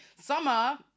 Summer